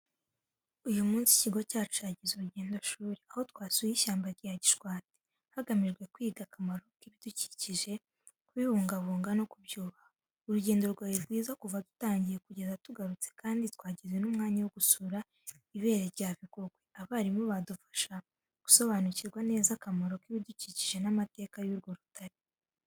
Uyu munsi ikigo cyacu cyagize urugendoshuri, aho twasuye ishyamba rya Gishwati, hagamijwe kwiga akamaro k’ibidukikije, kubibungabunga no kubyubaha. Urugendo rwari rwiza kuva dutangira kugeza tugarutse kandi twagize n’umwanya wo gusura ibere rya Bigogwe, abarimu badufasha gusobanukirwa neza akamaro k’ibidukikije n’amateka y’urwo rutare.